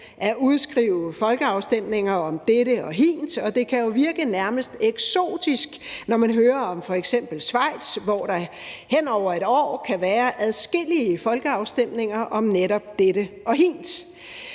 at udskrive folkeafstemninger om dette og hint, og det kan jo virke nærmest eksotisk, når man hører om f.eks. Schweiz, hvor der hen over et år kan være adskillige folkeafstemninger om netop dette og hint.